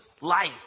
life